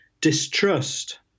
distrust